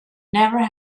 never